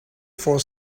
for